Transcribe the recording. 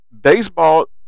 Baseball